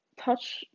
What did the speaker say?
touch